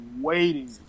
waiting